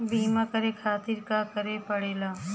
बीमा करे खातिर का करे के पड़ेला?